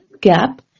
gap